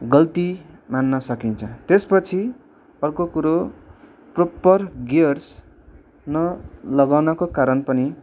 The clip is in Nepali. गल्ती मान्न सकिन्छ त्यसपछि अर्को कुरो प्रोपर गियर्स नलगाउनको कारण पनि